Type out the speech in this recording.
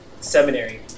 seminary